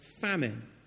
famine